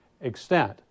extent